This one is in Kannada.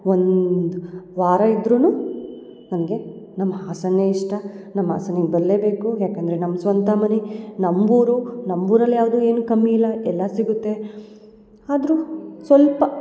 ಒಂದು ವಾರ ಇದ್ರೂ ನನಗೆ ನಮ್ಮ ಹಾಸನವೇ ಇಷ್ಟ ನಮ್ಮ ಹಾಸನ್ನಿಗೆ ಬರಲೇಬೇಕು ಏಕಂದ್ರೆ ನಮ್ಮ ಸ್ವಂತ ಮನೆ ನಮ್ಮ ಊರು ನಮ್ಮ ಊರಲ್ಲಿ ಯಾವುದು ಏನೂ ಕಮ್ಮಿ ಇಲ್ಲ ಎಲ್ಲ ಸಿಗುತ್ತೆ ಆದ್ರೂ ಸ್ವಲ್ಪ